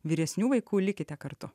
vyresnių vaikų likite kartu